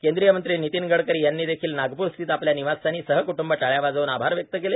केंद्रीय मंत्री नितिन गडकरी यांनी देखील नागप्र स्थित आपल्या निवासस्थानी सह क्टंब टाळ्या वाजवून आभार व्यक्त केले